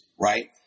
right